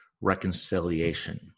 reconciliation